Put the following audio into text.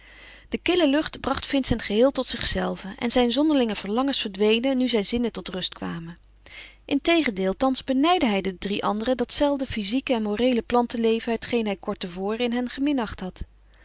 de kille lucht bracht vincent geheel tot zichzelven en zijn zonderlinge verlangens verdwenen nu zijn zinnen tot rust kwamen integendeel thans benijdde hij den drie anderen dat zelfde fyzieke en moreele plantenleven hetgeen hij kort te voren in hen geminacht had